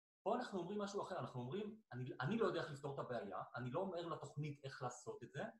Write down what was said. פה אנחנו אומרים משהו אחר, אנחנו אומרים אני לא יודע איך לפתור את הבעיה, אני לא אומר לתוכנית איך לעשות את זה